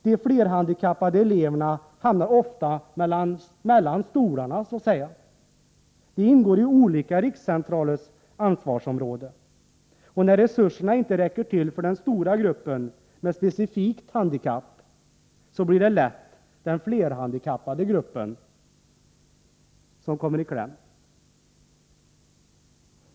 De flerhandikappade eleverna hamnar ofta mellan stolarna: de ingår i olika rikscentralers ansvarsområde, och när resurserna inte räcker till för den stora gruppen med specifikt handikapp blir det lätt den flerhandikappade gruppen som kommer i kläm.